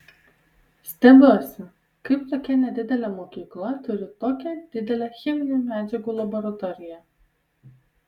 stebiuosi kaip tokia nedidelė mokykla turi tokią didelę cheminių medžiagų laboratoriją